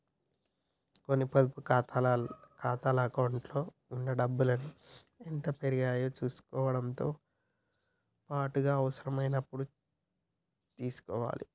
కొన్ని పొదుపు ఖాతాల అకౌంట్లలో ఉన్న డబ్బుల్ని ఎంత పెరిగాయో చుసుకోవడంతో పాటుగా అవసరమైనప్పుడు తీసుకోవాలే